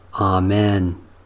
Amen